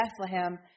Bethlehem